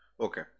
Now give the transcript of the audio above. okay